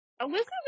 Elizabeth